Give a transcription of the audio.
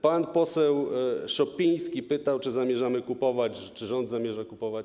Pan poseł Szopiński pytał, czy zamierzamy kupować, czy rząd zamierza kupować.